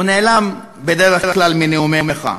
הוא נעלם בדרך כלל מנאומיך,